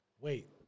Wait